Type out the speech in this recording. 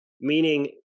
Meaning